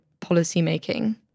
policymaking